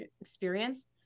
experience